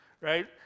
Right